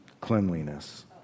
cleanliness